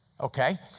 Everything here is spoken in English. okay